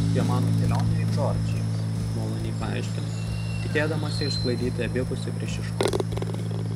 apie mano kelionę į džordžiją maloniai paaiškinu tikėdamasi išsklaidyti abipusį priešiškumą